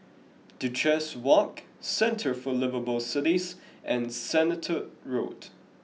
Duchess Walk Centre for Liveable Cities and Sennett Road